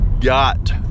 got